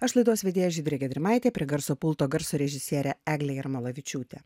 aš laidos vedėja žydrė gedrimaitė prie garso pulto garso režisierė eglė jarmolavičiūtė